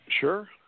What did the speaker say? Sure